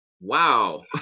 Wow